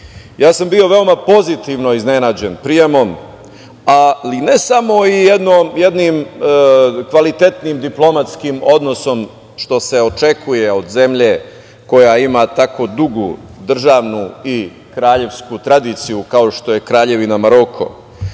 sam bio veoma pozitivno iznenađen prijemom, ali ne samo jednim kvalitetnim diplomatskim odnosom, što se očekuje od zemlje koja ima tako dugu državnu i kraljevsku tradiciju, kao što je Kraljevina Maroko,